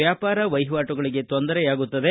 ವ್ಯಾಪಾರ ವಹಿವಾಟುಗಳಿಗೆ ತೊಂದರೆಯಾಗುತ್ತದೆ